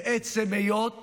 וזה עצם היות